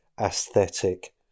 aesthetic